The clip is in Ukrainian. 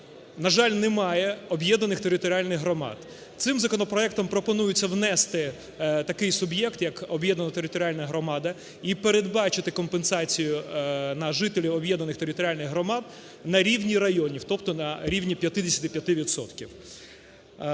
на жаль, немає об'єднаних територіальних громад. Цим законопроектом пропонується внести такий суб'єкт, як об'єднана територіальна громада, і передбачити компенсацію на жителів об'єднаних територіальних громад на рівні районів, тобто на рівні 55